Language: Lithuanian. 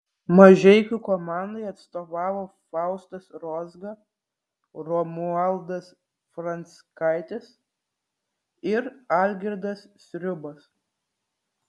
mažeikių komandai atstovavo faustas rozga romualdas franckaitis ir algirdas sriubas